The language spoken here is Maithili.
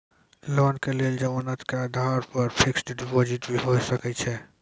लोन के लेल जमानत के आधार पर फिक्स्ड डिपोजिट भी होय सके छै?